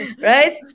Right